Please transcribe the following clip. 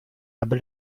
aby